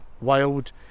wild